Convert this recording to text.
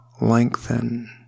lengthen